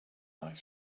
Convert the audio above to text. like